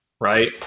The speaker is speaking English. right